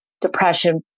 depression